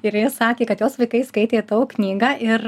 ir ji sakė kad jos vaikai skaitė tavo knygą ir